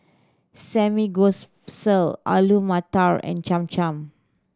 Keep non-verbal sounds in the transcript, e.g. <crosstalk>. <unintelligible> Alu Matar and Cham Cham